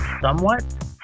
somewhat